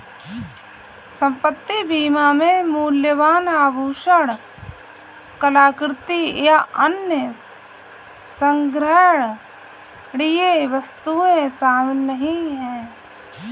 संपत्ति बीमा में मूल्यवान आभूषण, कलाकृति, या अन्य संग्रहणीय वस्तुएं शामिल नहीं हैं